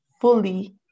fully